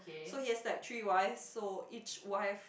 so has like three wives so each wife